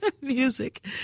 music